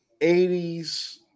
80s